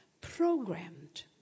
programmed